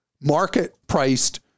market-priced